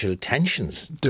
tensions